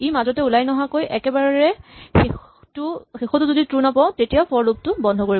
ই মাজতে ওলাই নহাকৈ একেবাৰে শেষতো যদি ট্ৰো নাপাও তেতিয়া ফৰ লুপ টো বন্ধ কৰিব